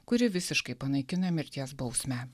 kuri visiškai panaikina mirties bausmę